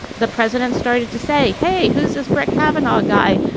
the president started to say, hey, who's this? brett kavanaugh, a guy.